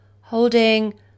holding